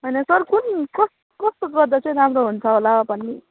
होइन सर कुन कस् कस्तो गर्दा चाहिँ राम्रो हुन्छ होला भन्ने